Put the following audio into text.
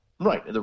Right